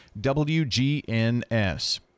WGNS